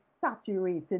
saturated